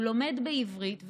הוא לומד בעברית,